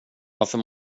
varför